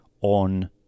on